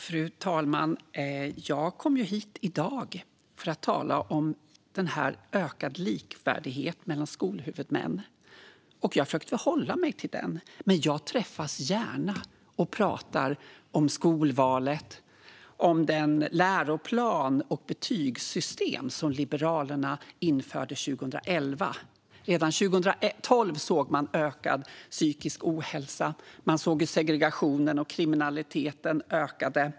Fru talman! Jag kom hit i dag för att tala om betänkandet Ökad likvärdighet mellan skolhuvudmän . Jag har också försökt hålla mig till det. Men jag träffas gärna och pratar om skolvalet, om den läroplan och det betygssystem som Liberalerna införde 2011. Redan 2012 såg man ökad psykisk ohälsa. Man såg hur segregationen och kriminaliteten ökade.